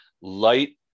Light